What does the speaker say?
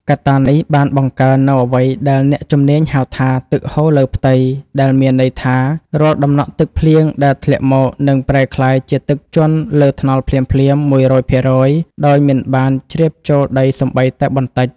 កត្តានេះបានបង្កើននូវអ្វីដែលអ្នកជំនាញហៅថា ទឹកហូរលើផ្ទៃ ដែលមានន័យថា រាល់តំណក់ទឹកភ្លៀងដែលធ្លាក់មក នឹងប្រែក្លាយជាទឹកជន់លើថ្នល់ភ្លាមៗ ១០០ ភាគរយ ដោយមិនបានជ្រាបចូលដីសូម្បីតែបន្តិច។